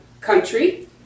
country